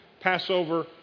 Passover